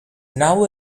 now